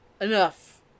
Enough